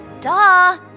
Duh